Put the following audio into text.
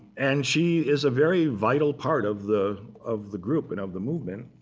and she is a very vital part of the of the group and of the movement.